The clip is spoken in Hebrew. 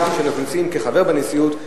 אנחנו כשאנחנו נכנסים כחבר בנשיאות,